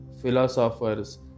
philosophers